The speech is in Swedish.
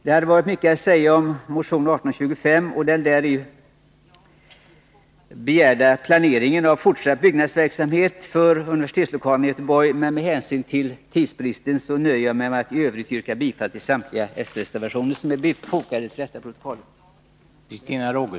Det hade varit mycket att säga om motion 1825 och den däri begärda planeringen av fortsatt byggnadsverksamhet för universitetslokaler i Göteborg, men med hänsyn till tidsbristen nöjer jag mig med att i övrigt yrka bifall till samtliga s-reservationer som är fogade till detta betänkande.